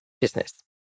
business